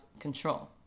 Control